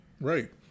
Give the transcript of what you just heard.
Right